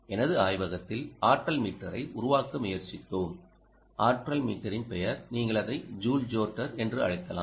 எனது ஆய்வகத்தில் ஆற்றல் மீட்டரை உருவாக்க முயற்சித்தோம் ஆற்றல் மீட்டரின் பெயர் நீங்கள் அதை ஜூல் ஜோட்டர் என்று அழைக்கலாம்